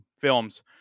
films